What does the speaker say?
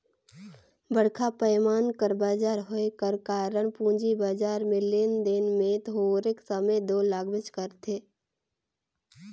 बड़खा पैमान कर बजार होए कर कारन पूंजी बजार में लेन देन में थारोक समे दो लागबेच करथे